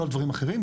לא על דברים אחרים,